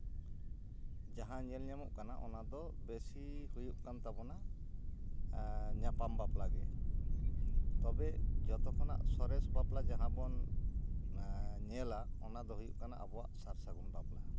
ᱡᱟᱦᱟᱸ ᱧᱮᱞ ᱧᱟᱢᱚᱜ ᱠᱟᱱᱟ ᱚᱱᱟ ᱫᱚ ᱵᱮᱥᱤ ᱦᱩᱭᱩᱜ ᱠᱟᱱ ᱛᱟᱵᱚᱱᱟ ᱧᱟᱯᱟᱢ ᱵᱟᱯᱞᱟ ᱜᱮ ᱛᱚᱵᱮ ᱡᱚᱛᱚ ᱠᱷᱚᱱᱟᱜ ᱥᱚᱨᱮᱥ ᱵᱟᱯᱞᱟ ᱡᱟᱦᱟᱸ ᱵᱚᱱ ᱧᱮᱞᱟ ᱚᱱᱟ ᱫᱚ ᱦᱩᱭᱩᱜ ᱠᱟᱱᱟ ᱟᱵᱚᱣᱟᱜ ᱥᱟᱨ ᱥᱟᱹᱜᱩᱱ ᱵᱟᱯᱞᱟ